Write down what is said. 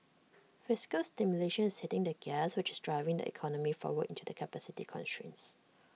fiscal stimulation is hitting the gas which is driving the economy forward into the capacity constraints